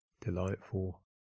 delightful